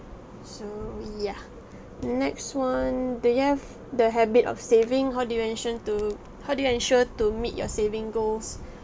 so yeah next one do you have the habit of saving how do you ensure to how do you ensure to meet your saving goals